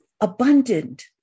Abundant